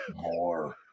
More